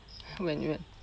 when you